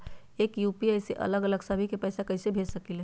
एक यू.पी.आई से अलग अलग सभी के पैसा कईसे भेज सकीले?